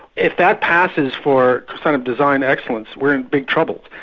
if that passes for kind of design excellence, we're in big trouble.